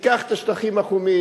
ניקח את השטחים החומים,